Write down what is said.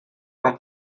from